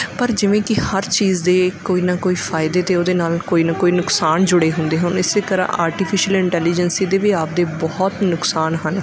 ਪਰ ਜਿਵੇਂ ਕਿ ਹਰ ਚੀਜ਼ ਦੇ ਕੋਈ ਨਾ ਕੋਈ ਫਾਇਦੇ ਅਤੇ ਉਹਦੇ ਨਾਲ ਕੋਈ ਨਾ ਕੋਈ ਨੁਕਸਾਨ ਜੁੜੇ ਹੁੰਦੇ ਹੋਨ ਇਸੇ ਤਰ੍ਹਾਂ ਆਰਟੀਫਿਸ਼ਲ ਇੰਟੈਲੀਜੈਂਸੀ ਦੇ ਵੀ ਆਪਦੇ ਬਹੁਤ ਨੁਕਸਾਨ ਹਨ